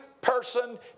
person